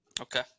Okay